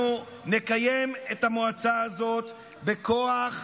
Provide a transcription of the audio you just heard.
אנחנו נקיים את המועצה הזאת בכוח,